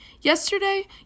Yesterday